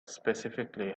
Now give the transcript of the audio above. specifically